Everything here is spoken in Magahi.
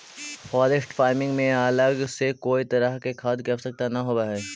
फॉरेस्ट फार्मिंग में अलग से कोई तरह के खाद के आवश्यकता न होवऽ हइ